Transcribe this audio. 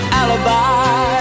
alibi